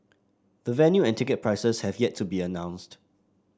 the venue and ticket prices have yet to be announced